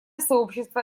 сообщество